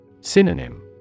Synonym